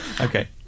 Okay